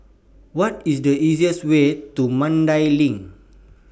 What IS The easiest Way to Mandai LINK